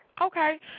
Okay